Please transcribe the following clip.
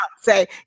say